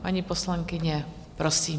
Paní poslankyně, prosím.